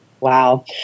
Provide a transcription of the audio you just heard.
Wow